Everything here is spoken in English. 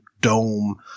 dome